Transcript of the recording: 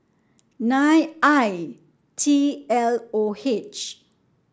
nine I T L O H